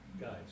guys